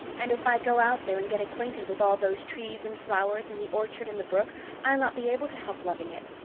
and if i go out there and get acquainted with all those trees and flowers and the orchard and the brook i'll not be able to help loving it.